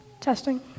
Testing